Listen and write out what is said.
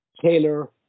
Taylor